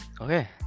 okay